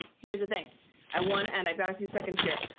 here's the thing i want, and i've got a few seconds here.